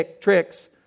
tricks